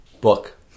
Book